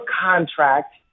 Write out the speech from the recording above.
contract